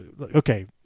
okay